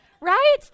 right